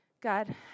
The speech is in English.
God